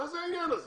מה זה העניין הזה?